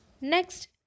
Next